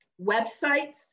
websites